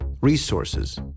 resources